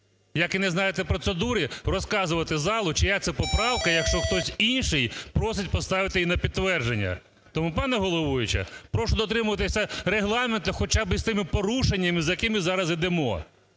як і не знайдете процедури розказувати залу, чия це поправка, якщо хтось інший просить поставити її на підтвердження. Тому, пані головуюча, прошу дотримуватися Регламенту хоча б з цими порушенням, з якими зараз ідемо.